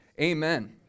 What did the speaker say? Amen